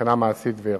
מבחינה מעשית וערכית.